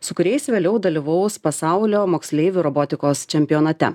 su kuriais vėliau dalyvaus pasaulio moksleivių robotikos čempionate